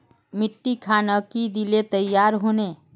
मिट्टी खानोक की दिले तैयार होने?